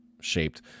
shaped